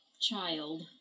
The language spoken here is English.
child